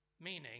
meaning